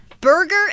Burger